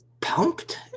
Pumped